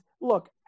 look